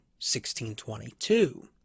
1622